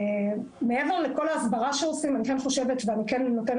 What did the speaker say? מעבר לכל ההסברה שעושים ואני כן חושבת ואני כן רואה